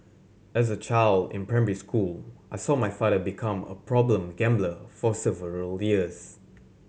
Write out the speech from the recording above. as a child in primary school I saw my father become a problem gambler for several years